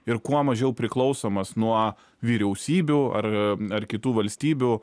ir kuo mažiau priklausomas nuo vyriausybių ar ar kitų valstybių